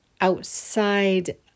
outside